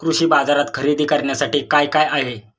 कृषी बाजारात खरेदी करण्यासाठी काय काय आहे?